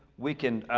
we can